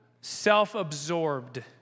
self-absorbed